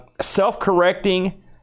self-correcting